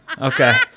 Okay